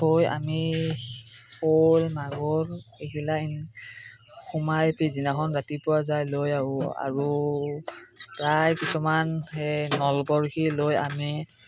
থৈ আমি কৱৈ মাগুৰ এগিলা সোমাই পিছদিনাখন যায় লৈ আহোঁ আৰু প্ৰায় কিছুমান সেই নলবৰশী লৈ আমি